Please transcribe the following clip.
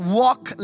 walk